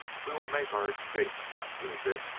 we will make our escape after a bit.